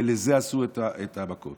ולזה עשו את המכות: